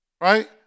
right